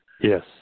Yes